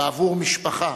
בעבור משפחה